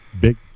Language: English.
big